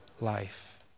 life